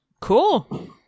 cool